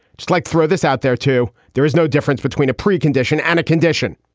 just like throw this out there too. there is no difference between a precondition and a condition.